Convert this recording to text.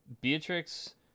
Beatrix